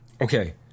okay